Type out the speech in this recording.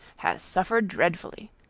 has suffered dreadfully.